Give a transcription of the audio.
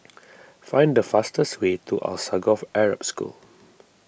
find the fastest way to Alsagoff Arab School